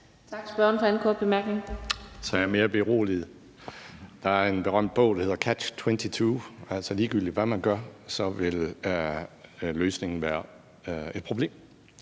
11:09 Alex Ahrendtsen (DF): Så er jeg mere beroliget. Der er en berømt bog, der hedder »Catch-22«, altså at ligegyldigt hvad man gør, vil løsningen være et problem,